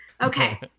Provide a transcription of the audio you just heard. Okay